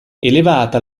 elevata